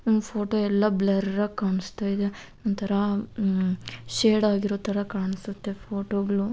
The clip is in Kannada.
ನನ್ನ ಫೋಟೋ ಎಲ್ಲ ಬ್ಲರ್ರಾಗಿ ಕಾಣಿಸ್ತಾ ಇದೆ ಒಂಥರ ಶೇಡಾಗಿರೋ ಥರ ಕಾಣಿಸುತ್ತೆ ಫೋಟೋಗಳು